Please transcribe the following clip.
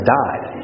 died